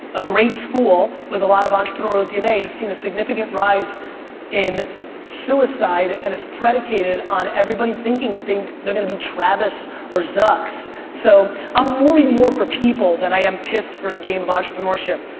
a great school with a lot of entrepreneurial dnas has seen a significant rise in suicide and it's predicated on everybody thinking that they're gonna be travis or zucks so i'm worried more for people than i am pissed for the game of entrepreneurship.